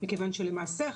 מכיוון שלמעשה,